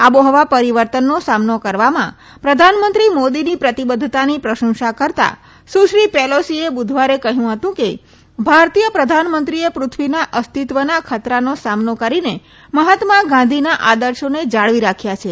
આબોહવા પરીવર્તનનો સામનો કરવામાં પ્રધાનમંત્રી મોદીની પ્રતિબધ્ઘતાની પ્રશંસા કરતા સુશ્રી પેલોસીએ બુઘવારે કહ્યું હતું કે ભારતીય પ્રધાનમંત્રીએ પૃથ્વીના અસ્તિત્વના ખતરાનો સામનો કરીને મહાત્મા ગાંધીના આદર્શોને જાળવી રાખ્યા છે